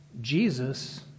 Jesus